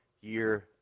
year